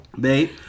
Babe